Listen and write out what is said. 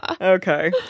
Okay